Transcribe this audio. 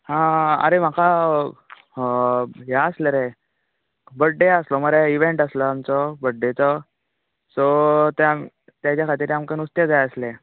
हां आरे म्हाका ह्यें आसलें रे बड्डे आसलो मरे इवँट आसलो आमचो बड्डेचो सो तें तेच्या खातीर आमकां नुस्तें जाय आसलें